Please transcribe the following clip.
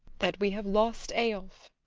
that we have lost eyolf?